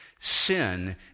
sin